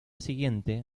siguiente